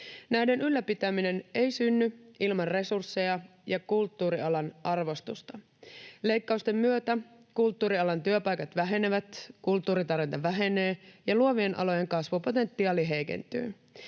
Näiden ylläpitäminen ei synny ilman resursseja ja kulttuurialan arvostusta. Leikkausten myötä kulttuurialan työpaikat vähenevät, kulttuuritarjonta vähenee ja luovien alojen kasvupotentiaali heikentyy.